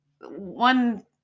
one